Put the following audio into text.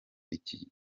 ikibi